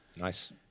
Nice